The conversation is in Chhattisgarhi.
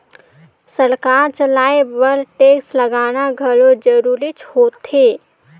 सरकार चलाए बर टेक्स लगाना घलो जरूरीच होथे